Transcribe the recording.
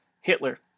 Hitler